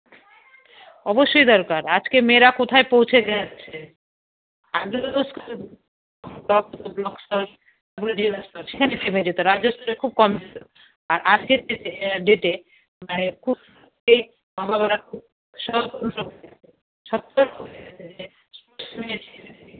অবশ্যই দরকার আজকে মেয়েরা কোথায় পৌঁছে যাচ্ছে আর আজকের ডেটে এ ডেটে মানে খুব